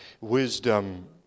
wisdom